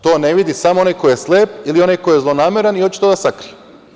To ne vidi samo onaj ko je slep ili onaj ko je zlonameran i hoće to da sakrije.